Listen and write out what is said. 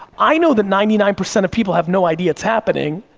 i know that ninety nine percent of people have no idea it's happening,